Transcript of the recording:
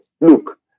Look